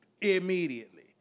immediately